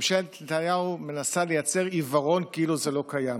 ממשלת נתניהו מנסה לייצר עיוורון כאילו זה לא קיים,